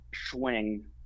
swing